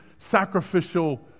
sacrificial